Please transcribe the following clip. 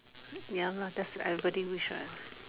ya lah that's everybody wish [what]